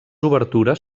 obertures